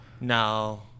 No